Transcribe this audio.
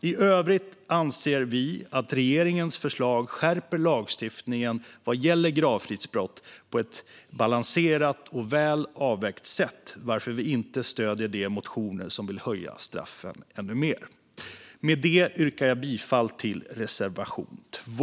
I övrigt anser vi att regeringens förslag skärper lagstiftningen vad gäller gravfridsbrott på ett balanserat och väl avvägt sätt, varför vi inte stöder de motioner som vill höja straffen ännu mer. Med det yrkar jag bifall till reservation 2.